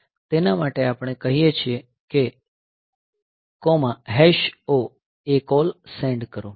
તેના માટે આપણે કહીએ છીએ કે O ACALL સેન્ડ કરો